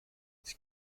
sie